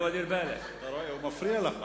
הוא מפריע לך.